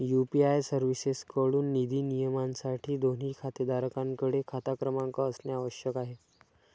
UPI सर्व्हिसेसएकडून निधी नियमनासाठी, दोन्ही खातेधारकांकडे खाता क्रमांक असणे आवश्यक आहे